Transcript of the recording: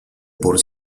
por